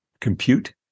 compute